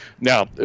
Now